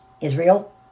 Israel